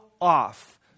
off